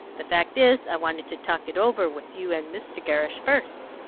the fact is, i wanted to talk it over with you and mr. gerrish first.